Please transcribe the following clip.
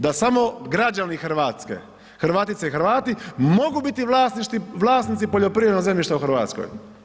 Da samo građani Hrvatske, Hrvatice i Hrvati mogu biti vlasnici poljoprivrednog zemljišta u Hrvatskoj.